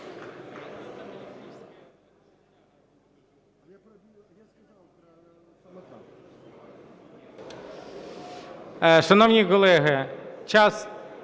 Шановні колеги, час...